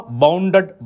bounded